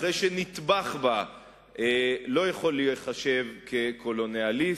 אחרי שנטבח בה לא יכול להיחשב כקולוניאליסט,